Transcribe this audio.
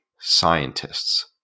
scientists